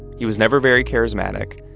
he was never very charismatic,